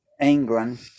England